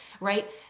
right